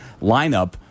lineup